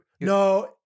No